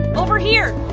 over here!